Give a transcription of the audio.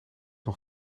nog